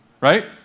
Right